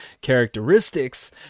characteristics